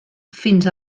fins